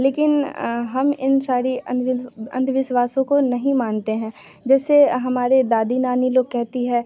लेकिन हम इन सारी अंधविश्वासों को नहीं मानते हैं जैसे हमारे दादी नानी लोग कहती हैं